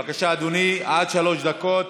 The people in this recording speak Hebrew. בבקשה, אדוני, עד שלוש דקות.